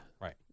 right